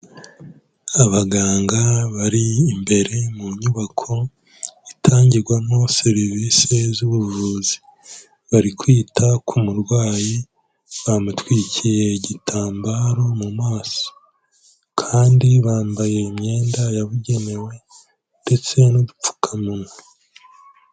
Abaganga bari imbere mu nyubako itangirwamo serivisi z'ubuvuzi, bari kwita ku murwayi bamutwikiye igitambaro mu maso kandi bambaye imyenda yabugenewe ndetse n'udupfukamunwa.